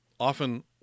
Often